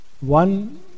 one